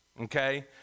okay